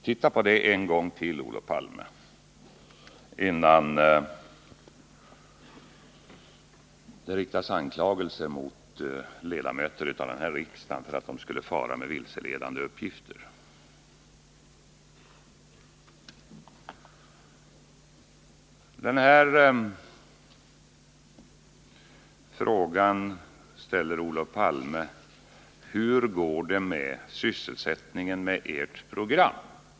Titta på det en gång till, Olof Palme, innan ledamöter av riksdagen anklagas för att fara med vilseledande uppgifter! Olof Palme ställer frågan: Hur går det med sysselsättningen med ert program?